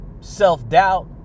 self-doubt